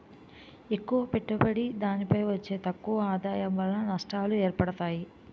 ఎక్కువ పెట్టుబడి దానిపై వచ్చే తక్కువ ఆదాయం వలన నష్టాలు ఏర్పడతాయి